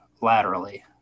laterally